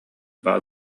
баар